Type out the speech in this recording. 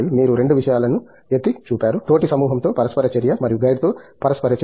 మీరు 2 విషయాలను ఎత్తి చూపారు తోటి సమూహంతో పరస్పర చర్య మరియు గైడ్తో పరస్పర చర్య